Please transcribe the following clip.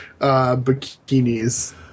bikinis